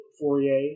Fourier